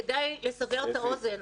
כדאי לסבר את האוזן,